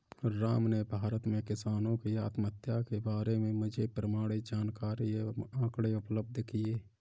राम ने भारत में किसानों की आत्महत्या के बारे में मुझे प्रमाणित जानकारी एवं आंकड़े उपलब्ध किये